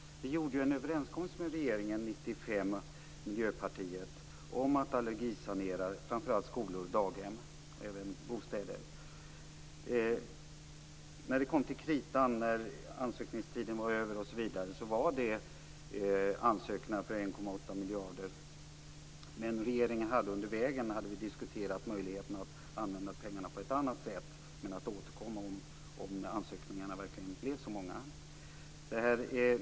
Miljöpartiet träffade en överenskommelse med regeringen 1995 om att allergisanera framför allt skolor och daghem men även bostäder. När ansökningstiden var över fanns det ansökningar för 1,8 miljarder. Regeringen hade under vägen diskuterat möjligheten att använda pengarna på ett annat sätt men skulle återkomma om ansökningarna verkligen blev så många.